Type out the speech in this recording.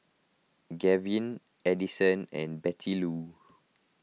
Gavyn Adison and Bettylou